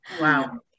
Wow